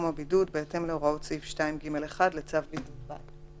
הבידוד בהתאם להוראות סעיף 2(ג1) לצו בידוד בית.